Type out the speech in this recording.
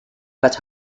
but